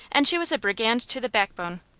and she was a brigand to the backbone.